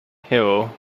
hill